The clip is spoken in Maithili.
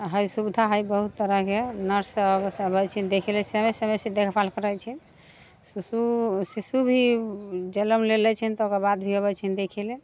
हइ सुविधा हइ बहुत तरहके नर्ससभ अबैत छै देखैलेल समय समयसँ देखभाल करैत छै शुशु शिशु भी जन्म लेने छनि तकर बाद भी अबै छियनि देखय लेल